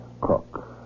cook